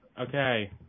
Okay